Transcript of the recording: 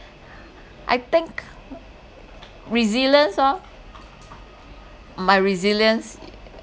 I think resilience orh my resilience